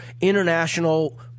international